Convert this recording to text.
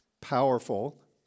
powerful